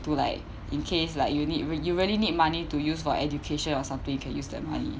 to like in case like you need you you really need money to use for education or something you can use the money